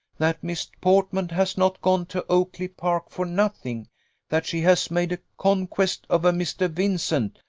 that miss portman has not gone to oakly-park for nothing that she has made a conquest of a mr. vincent,